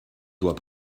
doit